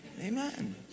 Amen